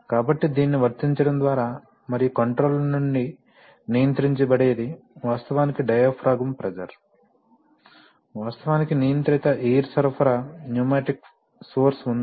కాబట్టి దీనిని వర్తించడం ద్వారా మరియు కంట్రోలర్ నుండి నియంత్రించబడేది వాస్తవానికి డయాఫ్రాగమ్ ప్రెషర్ వాస్తవానికి నియంత్రిత ఎయిర్ సరఫరా న్యూమాటిక్ సోర్స్ ఉంది